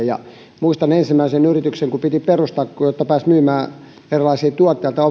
ja muistan ensimmäisen yritykseni joka piti perustaa jotta pääsi myymään erilaisia tuotteita